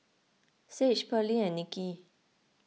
Sage Pearline and Niki